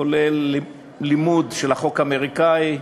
כולל לימוד של החוק האמריקני,